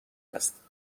است